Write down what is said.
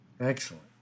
Excellent